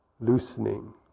loosening